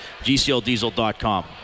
GCLDiesel.com